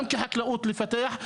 גם כחקלאות לפתח,